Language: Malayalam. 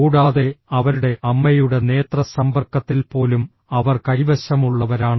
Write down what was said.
കൂടാതെ അവരുടെ അമ്മയുടെ നേത്ര സമ്പർക്കത്തിൽ പോലും അവർ കൈവശമുള്ളവരാണ്